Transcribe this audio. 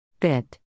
bit